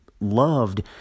loved